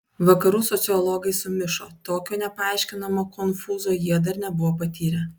vakarų sociologai sumišo tokio nepaaiškinamo konfūzo jie dar nebuvo patyrę